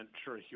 sure